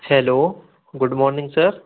hello good morning sir